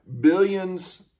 billions